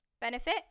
benefit